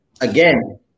again